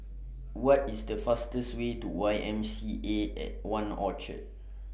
What IS The fastest Way to Y M C A At one Orchard